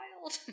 wild